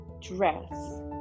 dress